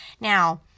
Now